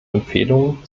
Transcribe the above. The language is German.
empfehlungen